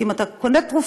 כי אם אתה קונה תרופות,